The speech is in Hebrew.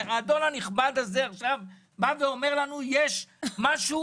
האדון הנכבד הזה עכשיו בא ואומר לנו 'יש משהו